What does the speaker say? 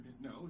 No